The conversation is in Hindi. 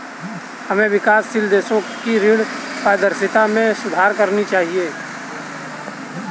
हमें विकासशील देशों की ऋण पारदर्शिता में सुधार करना चाहिए